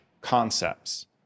concepts